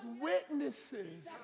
witnesses